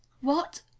What